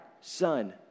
Son